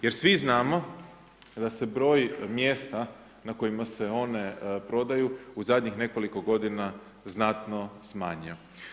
Jer svi znamo da se broj mjesta na kojima se one prodaju u zadnjih nekoliko g. znatno smanjio.